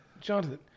Jonathan